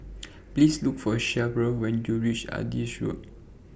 Please Look For Cheryll when YOU REACH Adis Road